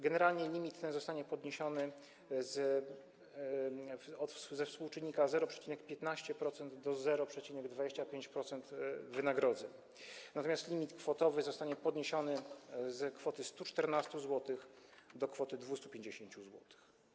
Generalnie limit ten zostanie podniesiony ze współczynnika 0,15% do 0,25% funduszu wynagrodzeń, natomiast limit kwotowy zostanie podniesiony z kwoty 114 zł do kwoty 250 zł.